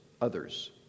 others